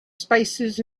spices